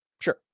Sure